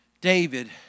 David